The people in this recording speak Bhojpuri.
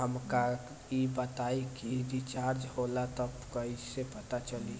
हमका ई बताई कि रिचार्ज होला त कईसे पता चली?